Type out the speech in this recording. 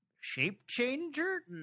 shape-changer